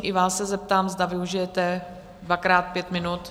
I vás se zeptám, zda využijete dvakrát pět minut?